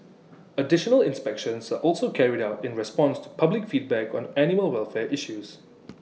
additional inspections are also carried out in response to public feedback on animal welfare issues